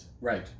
Right